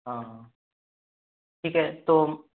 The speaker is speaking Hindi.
हाँ हाँ ठीक है तो